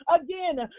Again